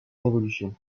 révolution